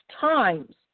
times